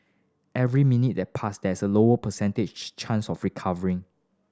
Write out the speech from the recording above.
every minute that pass there is a lower percentage chance of recovery